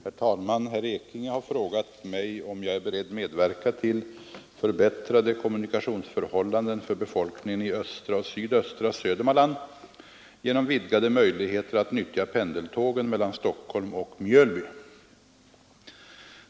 Herr talman! Herr Ekinge har frågat mig, om jag är beredd medverka till förbättrade kommunikationsförhållanden för befolkningen i östra och sydöstra Södermanland genom vidgade möjligheter att nyttja pendeltågen mellan Stockholm och Mjölby.